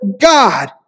God